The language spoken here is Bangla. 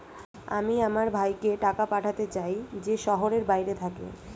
আমি আমার ভাইকে টাকা পাঠাতে চাই যে শহরের বাইরে থাকে